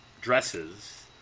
dresses